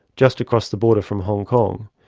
just across the border from hong kong,